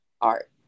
art